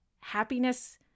happiness